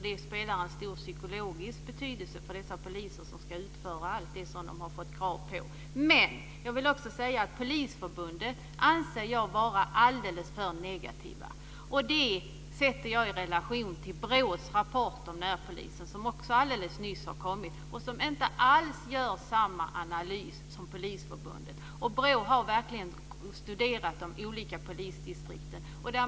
Det har en stor psykologisk betydelse för dessa poliser som ska utföra allt det som de har fått krav på sig att göra. Men jag vill också säga att jag anser att Polisförbundet är alldeles för negativt. Det sätter jag i relation till BRÅ:s rapport om närpolisen, som också har kommit alldeles nyss, där man inte alls gör samma analys som Polisförbundet. BRÅ har verkligen studerat de olika polisdistrikten.